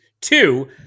Two